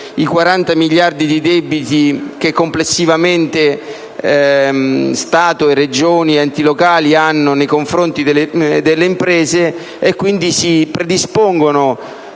i 40 miliardi di debiti che complessivamente Stato, Regioni ed enti locali hanno nei confronti delle imprese, e pertanto si predispongono